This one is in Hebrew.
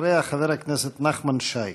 אחריה, חבר הכנסת נחמן שי.